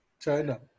China